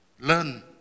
learn